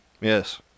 Yes